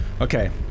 Okay